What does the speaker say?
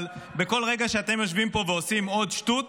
אבל בכל רגע שאתם יושבים פה ועושים עוד שטות,